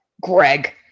greg